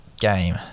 game